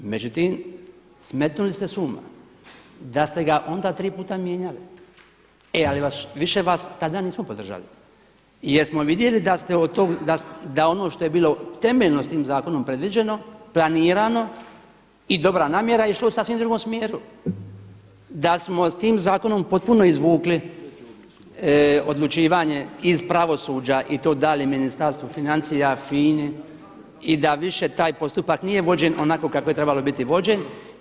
Međutim, smetnuli ste s uma da ste ga onda tri puta mijenjali, e ali vas više tada nismo podržali jer smo vidjeli da ono što je bilo temeljno s tim zakonom predviđeno, planirano i dobra namjera išlo u sasvim drugom smjeru, da smo sa tim zakonom potpuno izvukli odlučivanje iz pravosuđa i to dali Ministarstvu financija, FINA-i i da više taj postupak nije viđen onako kako je trebao biti vođen.